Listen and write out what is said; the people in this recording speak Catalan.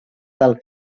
del